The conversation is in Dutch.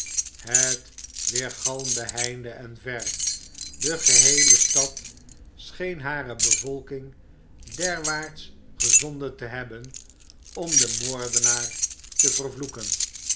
het weergalmde heinde en ver de geheele stad scheen hare bevolking derwaarts gezonden te hebben om den moordenaar te vervloeken